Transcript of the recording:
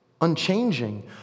unchanging